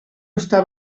està